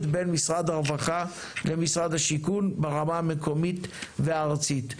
בין משרד הרווחה למשרד השיכון ברמה המקומית והארצית?